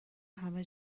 همه